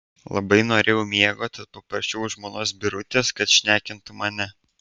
labai norėjau miego tad paprašiau žmonos birutės kad šnekintų mane